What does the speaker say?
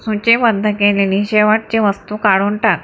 सूचीबद्ध केलेली शेवटची वस्तू काढून टाक